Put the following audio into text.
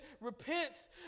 repents